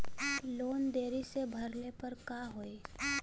Loan देरी से भरले पर का होई?